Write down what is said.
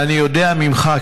ואני יודע ממך,